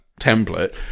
template